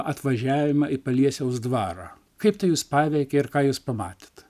atvažiavimą į paliesiaus dvarą kaip tai jūs paveikė ir ką jūs pamatėt